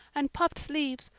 and puffed sleeves,